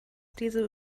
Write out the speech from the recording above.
diese